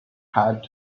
had